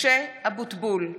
משה אבוטבול,